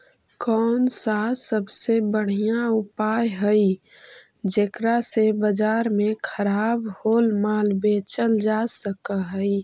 कौन सा सबसे बढ़िया उपाय हई जेकरा से बाजार में खराब होअल माल बेचल जा सक हई?